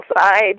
side